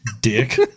Dick